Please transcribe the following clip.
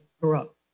corrupt